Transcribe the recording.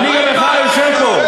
מנהיג המחאה יושב פה,